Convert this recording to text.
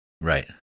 Right